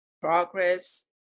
progress